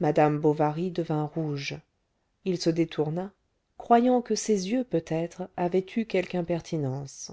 madame bovary devint rouge il se détourna croyant que ses yeux peut-être avaient eu quelque impertinence